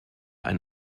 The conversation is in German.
ein